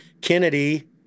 Kennedy